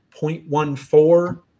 0.14